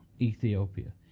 ethiopia